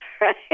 right